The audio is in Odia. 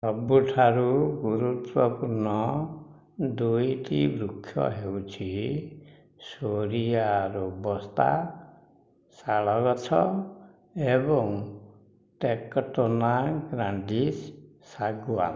ସବୁଠାରୁ ଗୁରୁତ୍ୱପୂର୍ଣ୍ଣ ଦୁଇଟି ବୃକ୍ଷ ହେଉଛି ସୋରିଆ ରୋବଷ୍ଟା ଶାଳ ଗଛ ଏବଂ ଟେକଟୋନା ଗ୍ରାଣ୍ଡିସ୍ ଶାଗୁଆନ